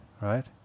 right